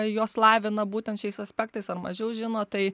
juos lavina būtent šiais aspektais ar mažiau žino tai